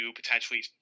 potentially